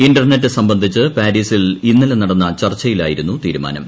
internet സംബന്ധിച്ച് പാരീസിൽ ഇന്നലെ നടന്ന ചർച്ചയിൽ ആയിരുന്നു തീരു മാനം